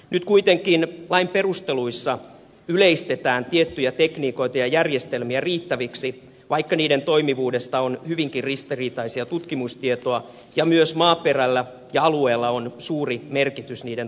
nyt kuitenkin lain perusteluissa yleistetään tiettyjä tekniikoita ja järjestelmiä riittäviksi vaikka niiden toimivuudesta on hyvinkin ristiriitaisia tutkimustietoja ja myös maaperällä ja alueella on suuri merkitys niiden toimivuuteen